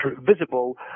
visible